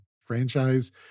franchise